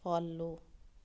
follow